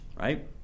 Right